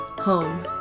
Home